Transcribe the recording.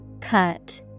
Cut